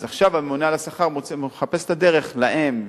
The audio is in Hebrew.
אז עכשיו הממונה על השכר מחפש את הדרך לתת להם.